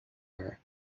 her